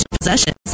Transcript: possessions